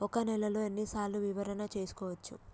ఒక నెలలో ఎన్ని సార్లు వివరణ చూసుకోవచ్చు?